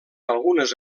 algunes